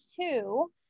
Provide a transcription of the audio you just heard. two